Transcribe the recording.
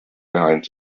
behind